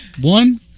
One